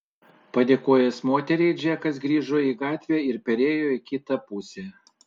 padėkojęs moteriai džekas grįžo į gatvę ir perėjo į kitą pusę